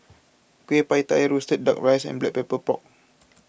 Kueh Pie Tee Roasted Duck Rice and Black Pepper Pork